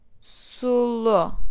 sulu